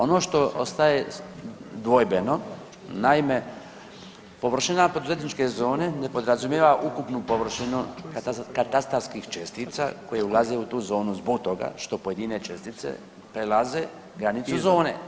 Ono što ostaje dvojbeno, naime, površina poduzetničke zone ne podrazumijeva ukupnu površinu katastarskih čestica koje ulaze u tu zonu zbog toga što pojedine čestice prelaze granicu zone.